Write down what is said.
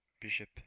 Bishop